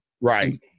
right